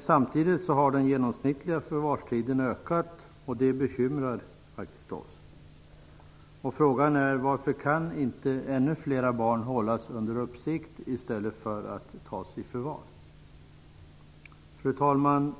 Samtidigt har den genomsnittliga förvarstiden ökat. Det bekymrar oss. Varför kan inte ännu fler barn hållas under uppsikt i stället för att tas i förvar? Fru talman!